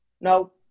No